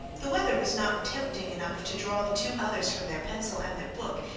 the weather was not tempting enough to draw the two others from their pencil and their book,